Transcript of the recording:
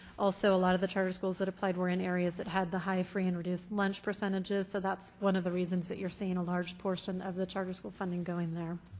also a lot of the charter schools that applied were in areas that had the high free and reduced lunch percentages. so that's one of the reasons that you're seeing a large portion of the charter school funding going there.